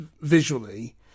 visually